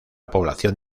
población